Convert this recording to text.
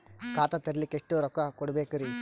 ಖಾತಾ ತೆರಿಲಿಕ ಎಷ್ಟು ರೊಕ್ಕಕೊಡ್ಬೇಕುರೀ?